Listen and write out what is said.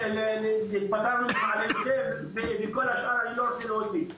על כל השאר אני לא רוצה להוסיף.